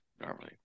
normally